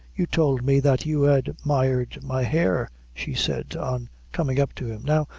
you told me that you admired my hair, she said, on coming up to him. now,